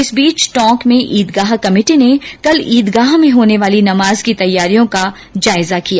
इस बीच टोंक में ईदगाह कमेटी ने कल ईदगाह में होने वाली नमाज की तैयारियों को लेकर जायजा लिया